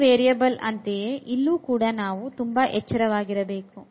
2 variable ಅಂತೆಯೇ ಇಲ್ಲಿಯೂ ಕೂಡ ನಾವು ತುಂಬಾ ಎಚ್ಚರವಾಗಿರಬೇಕು